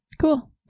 Cool